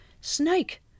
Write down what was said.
Snake